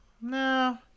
No